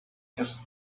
just